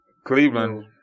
Cleveland